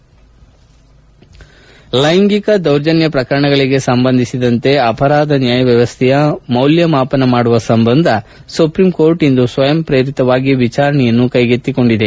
ಲ್ಲೆಂಗಿಕ ದೌರ್ಜನ್ನ ಪ್ರಕರಣಗಳಿಗೆ ಸಂಬಂಧಿಸಿದಂತೆ ಅಪರಾಧ ನ್ನಾಯ ವ್ಯವಸ್ಲೆಯ ಮೌಲ್ಲಮಾಪನ ಮಾಡುವ ಸಂಬಂಧ ಸುಪ್ರೀಂಕೋರ್ಟ್ ಇಂದು ಸ್ವಯಂ ಪ್ರೇರಿತವಾಗಿ ವಿಚಾರಣೆಯನ್ನು ಕ್ಲೆಗೆತ್ತಿಕೊಂಡಿದೆ